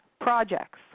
projects